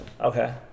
okay